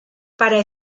para